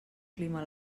clima